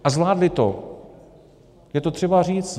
A zvládly to, je to třeba říct.